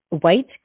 White